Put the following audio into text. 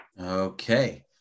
okay